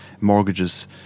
mortgages